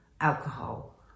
alcohol